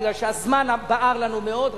מפני שהזמן בער לנו מאוד,